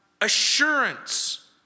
assurance